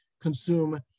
consume